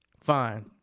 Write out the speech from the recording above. Fine